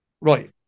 Right